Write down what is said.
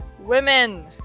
women